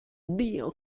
dio